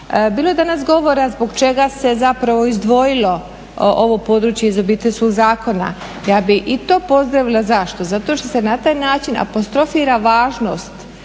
Bilo je danas govora zbog čega se zapravo izdvojilo ovo područje iz Obiteljskog zakona, ja bi i to pozdravila, zašto, zato što se na taj način apostrofira važnost